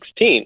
2016